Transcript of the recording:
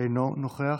אינו נוכח,